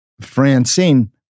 Francine